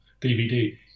DVD